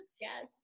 Yes